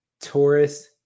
Taurus